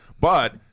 But-